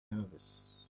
nervous